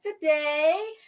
today